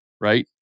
Right